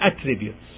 attributes